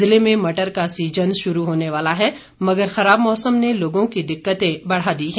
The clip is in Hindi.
जिले में मटर का सीजन शुरू होने वाला है मगर खराब मौसम ने लोगों की दिक्कतें बढ़ा दी है